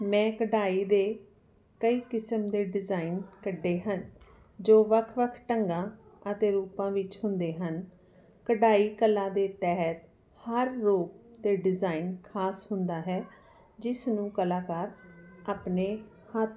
ਮੈਂ ਕਢਾਈ ਦੇ ਕਈ ਕਿਸਮ ਦੇ ਡਿਜ਼ਾਇਨ ਕੱਢੇ ਹਨ ਜੋ ਵੱਖ ਵੱਖ ਢੰਗਾਂ ਅਤੇ ਰੂਪਾਂ ਵਿੱਚ ਹੁੰਦੇ ਹਨ ਕਢਾਈ ਕਲਾ ਦੇ ਤਹਿਤ ਹਰ ਰੂਪ ਅਤੇ ਡਿਜ਼ਾਇਨ ਖਾਸ ਹੁੰਦਾ ਹੈ ਜਿਸ ਨੂੰ ਕਲਾਕਾਰ ਆਪਣੇ ਹੱਥ